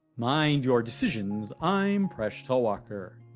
mind your decisions, i'm presh talwalkar.